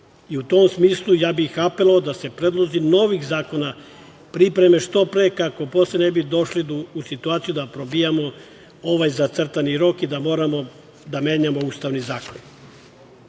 tom smislu, apelovao bih da se predlozi novih zakona pripreme što pre, kako posle ne bismo došli u situaciju da probijamo ovaj zacrtani rok i da moramo da menjamo Ustavni zakon. Dalje